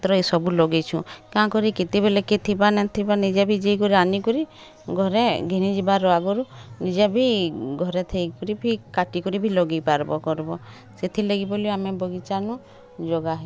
ପତ୍ର ଏଇ ସବୁ ଲଗେଇଛୁଁ କାଁ କରି କେତେବେଳେ କିଏ ଥିବା ନ ଥିବା ନିଜି ବି ଯାଇକରି ଆନିକରି ଘରେ ଘିନି ଯିବାର୍ ଆଗରୁ ନିଜେ ବି ଘରେ ଥାଇକରିଭି କାଟିକରି ବି ଲଗେଇ ପାର୍ବ କର୍ବ ସେଥିର୍ ଲାଗି ବୋଲି ଆମେ ବଗିଚା ନୁ ଜଗାହେଇଛି